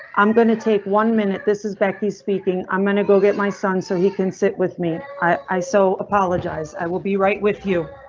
i'm going to take one minute. this is becky speaking. i'm gonna go get my son so he can sit with me. i i so apologize i will be right with you.